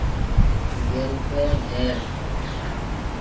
ᱜᱮᱞ ᱯᱮ ᱡᱷᱮᱴ